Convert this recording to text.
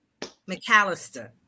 McAllister